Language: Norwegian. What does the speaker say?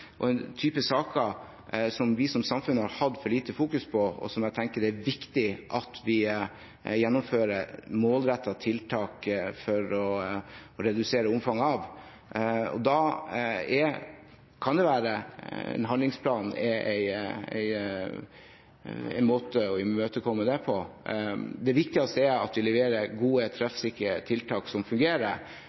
saker, som vi som samfunn har fokusert for lite på, og jeg tenker det er viktig at vi gjennomfører målrettede tiltak for å redusere omfanget av dem. Da kan en handlingsplan være en måte å imøtekomme det på. Det viktigste er at vi leverer gode, treffsikre tiltak som fungerer.